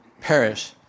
perish